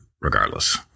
Regardless